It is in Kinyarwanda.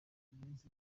munsi